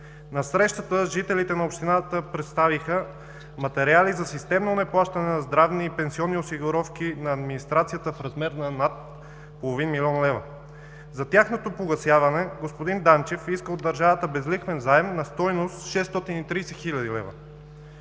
На срещата жителите на общината представиха материали за системно неплащане на здравни и пенсионни осигуровки на администрацията в размер на над половин милион лева. За тяхното погасяване господин Данчев иска от държавата безлихвен заем на стойност 630 хил. лв.